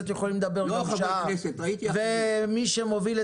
חברה שפועלת